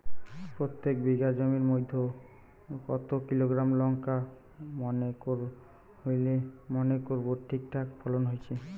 প্রত্যেক বিঘা জমির মইধ্যে কতো কিলোগ্রাম লঙ্কা হইলে মনে করব ঠিকঠাক ফলন হইছে?